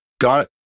got